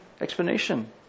explanation